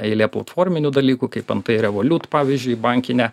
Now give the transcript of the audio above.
eilė platforminių dalykų kaip antai revolut pavyzdžiui bankinę